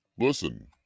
Listen